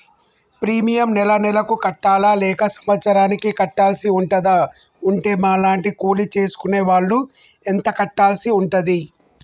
Premium నెల నెలకు కట్టాలా లేక సంవత్సరానికి కట్టాల్సి ఉంటదా? ఉంటే మా లాంటి కూలి చేసుకునే వాళ్లు ఎంత కట్టాల్సి ఉంటది?